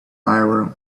iron